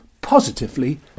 positively